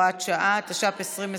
(הוראת שעה), התש"ף 2020,